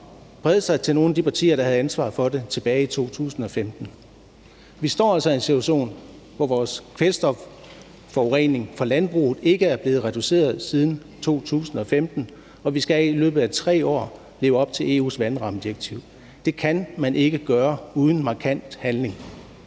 sig, brede sig til nogle af de partier, der havde ansvaret for det tilbage i 2015. Vi står altså i en situation, hvor vores kvælstofforurening fra landbruget ikke er blevet reduceret siden 2015, og vi skal i løbet af 3 år leve op til EU's vandrammedirektiv. Det kan man ikke gøre uden markant handling.